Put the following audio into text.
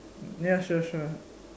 ya sure sure